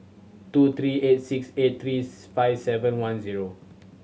two three eight six eight three five seven one zero